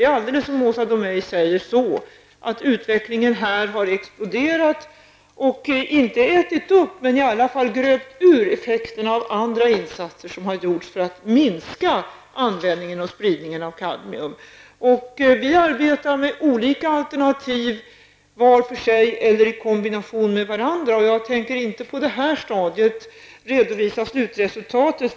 Utvecklingen på detta område har, precis som Åsa Domeij säger, exploderat och om inte ätit upp så i alla fall gröpt ur effekterna av andra insatser som gjorts för att minska användningen och spridningen av kadmium. Regeringen arbetar med olika alternativ var för sig eller i kombination med varandra, och jag tänker inte på detta stadium redovisa slutresultatet.